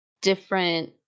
different